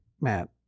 Matt